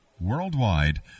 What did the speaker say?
Worldwide